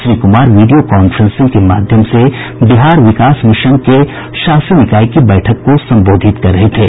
Shri Kumar video conferencing के माध्यम से बिहार विकास मिशन के शासी निकाय की बैठक को संबोधित कर रहे थे